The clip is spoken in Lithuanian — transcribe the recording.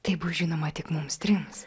tai bus žinoma tik mums trims